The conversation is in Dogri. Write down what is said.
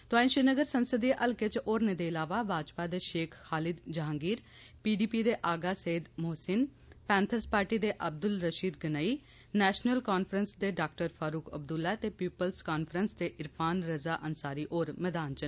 तोआंई श्रीनगर संसदी हल्के च होरने दे इलावा भाजपा दे शेख खालिद जहांगीरए पीडीपी दे आगा सईद मोहसिनए पैंथर्स पार्टी दे अब्द्ल रशीद गनाईए नैशनल कांफ्रैंस दे डा फारूक अब्द्रल्ला ते पीपुल्स कांफ्रैंस दे इरफान रज़ा अंसारी होर मैदान च न